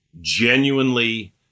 genuinely